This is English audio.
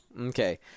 Okay